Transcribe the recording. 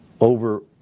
Over